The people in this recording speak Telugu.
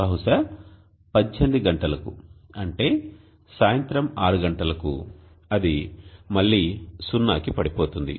బహుశా 18 గంటలకు అంటే సాయంత్రం 6 గంటలకు అది మళ్లీ 0 కి పడిపోతుంది